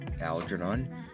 Algernon